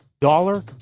dollar